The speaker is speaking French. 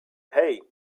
hey